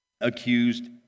accused